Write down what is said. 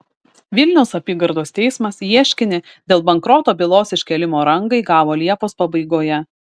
vilniaus apygardos teismas ieškinį dėl bankroto bylos iškėlimo rangai gavo liepos pabaigoje